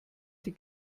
die